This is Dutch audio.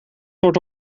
wordt